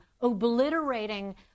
obliterating